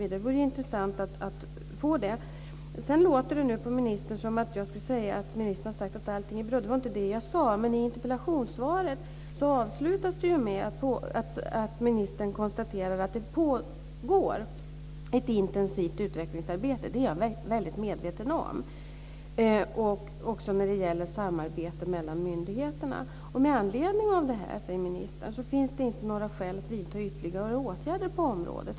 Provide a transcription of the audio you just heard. Det vore intressant att få det. Sedan låter det nu på ministern som att jag säger att ministern har sagt att allting är bra. Det var inte det jag sade. Men interpellationssvaret avslutas med att ministern konstaterar att det pågår ett intensivt utvecklingsarbete. Det är jag mycket medveten om. Det gäller också samarbete mellan myndigheterna. Med anledning av det här, säger ministern, finns det inte några skäl att vidta ytterligare åtgärder på området.